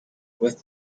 with